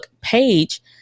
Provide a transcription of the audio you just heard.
page